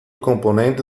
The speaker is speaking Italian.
componente